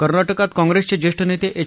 कर्नाटकात काँग्रिसचे ज्येष्ठ नेते एव